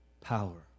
power